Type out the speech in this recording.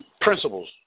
principles